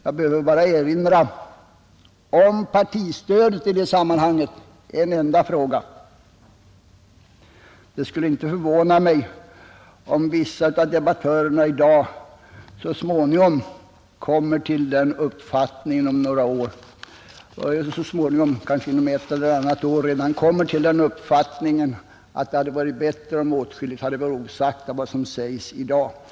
Jag behöver bara erinra om en enda fråga i det sammanhanget, partistödet. Det skulle inte förvåna mig om vissa av debattörerna i dag inom ett eller annat år kommer till den uppfattningen att det hade varit bättre om åtskilligt hade varit osagt av vad som sägs i den här debatten.